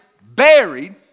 buried